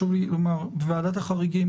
אנחנו